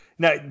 Now